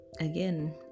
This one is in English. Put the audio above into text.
again